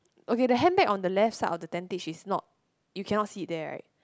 okay the handbag on the left side of the tentage is not you cannot see it there right